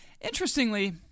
Interestingly